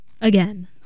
again